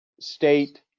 state